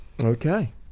Okay